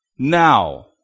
Now